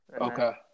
okay